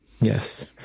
Yes